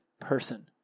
person